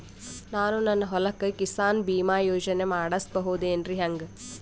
ನಾನು ನನ್ನ ಹೊಲಕ್ಕ ಕಿಸಾನ್ ಬೀಮಾ ಯೋಜನೆ ಮಾಡಸ ಬಹುದೇನರಿ ಹೆಂಗ?